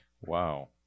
Wow